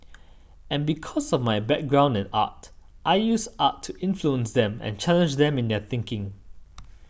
and because of my background in art I use art to influence them and challenge them in their thinking